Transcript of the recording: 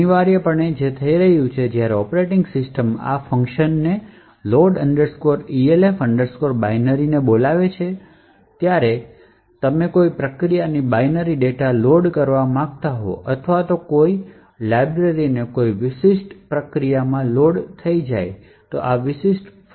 અનિવાર્યપણે જે થઈ રહ્યું છે તે જ્યારે ઑપરેટિંગ સિસ્ટમ આ ફંક્શનને load elf binary ને બોલાવે છે તેથી જ્યારે તમે કોઈ પ્રક્રિયામાં બાઈનરી ડેટા લોડ કરવા માંગતા હોવ અથવા કોઈ વહેંચાયેલ લાઇબ્રેરી કોઈ વિશિષ્ટ પ્રક્રિયામાં લોડ થઈ જાય ત્યારે આ વિશિષ્ટ ફંક્શનનો ઉપયોગ કરવામાં આવે છે